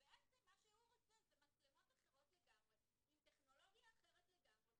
ובעצם מה שהוא רוצה זה מצלמות אחרות לגמרי עם טכנולוגיה אחרת לגמרי.